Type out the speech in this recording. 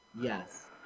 Yes